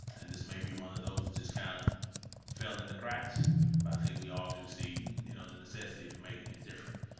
and this may be one of those that just kind of fell in the cracks. but i think we all do see you know the necessity for making it different.